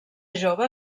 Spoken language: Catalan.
jove